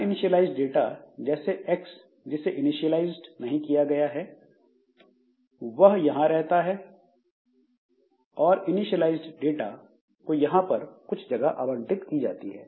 uninitialised data जैसे X जिसे initialized नहीं किया गया है वह यहां रहता है और इनीशिएलाइज्ड डाटा को यहाँ कुछ जगह आवंटित की जाती है